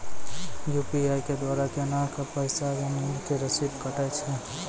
UPI के द्वारा केना कऽ पैसा जमीन के रसीद कटैय छै?